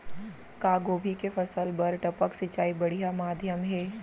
का गोभी के फसल बर टपक सिंचाई बढ़िया माधयम हे?